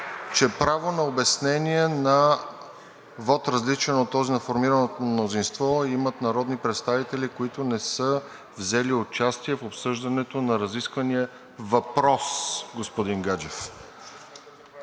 че право на обяснение на вот, различен от този на формираното мнозинство, имат народни представители, които не са взели участие в обсъждането на разисквания въпрос, господин Гаджев.